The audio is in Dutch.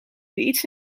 iets